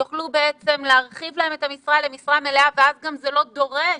יוכלו להרחיב להם את המשרה למשרה מלאה ואז גם זה לא דורש